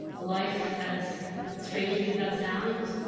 life, as strangely as that sounds,